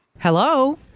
Hello